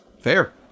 Fair